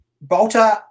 Bolter